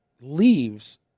Leaves